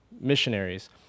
Missionaries